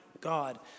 God